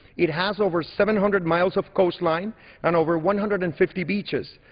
it has over seven hundred miles of coastline and over one hundred and fifty beaches.